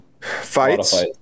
Fights